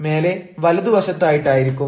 മേലേ വലതുവശത്ത് ആയിട്ടായിരിക്കും